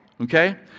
Okay